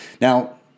Now